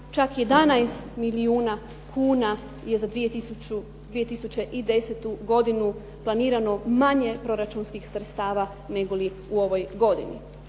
čak 11 milijuna kuna je za 2010. godinu planirano manje proračunskih sredstva nego li u ovoj godini.